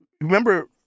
remember